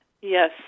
Yes